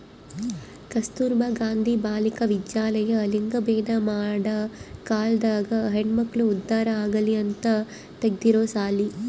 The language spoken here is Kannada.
ಕಸ್ತುರ್ಭ ಗಾಂಧಿ ಬಾಲಿಕ ವಿದ್ಯಾಲಯ ಲಿಂಗಭೇದ ಮಾಡ ಕಾಲ್ದಾಗ ಹೆಣ್ಮಕ್ಳು ಉದ್ದಾರ ಆಗಲಿ ಅಂತ ತೆಗ್ದಿರೊ ಸಾಲಿ